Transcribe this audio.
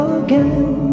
again